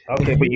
Okay